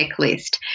checklist